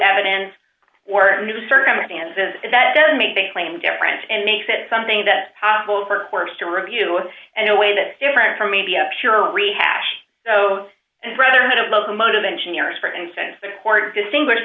evidence or new circumstances that doesn't make the claim different and makes it something that possible for course to review and a way that's different from maybe a pure rehash so brotherhood of locomotive engineers for instance the court distinguish